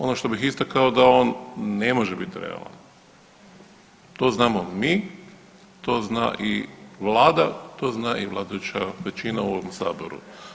Ono što bih istakao da on ne može biti realan to znamo mi, to zna i Vlada, to zna i vladajuća većina u ovom Saboru.